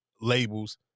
labels